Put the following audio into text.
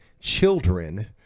children